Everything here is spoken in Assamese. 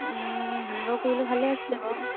সেনেকুৱা কৰিলোঁ ভালেই আছিলে বাৰু